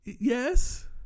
Yes